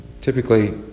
typically